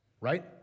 Right